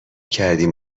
کردیم